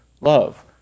love